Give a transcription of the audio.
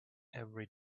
every